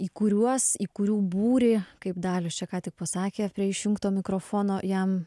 į kuriuos į kurių būrį kaip dalius čia ką tik pasakė prie išjungto mikrofono jam